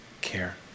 care